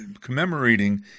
commemorating